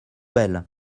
belle